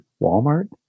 Walmart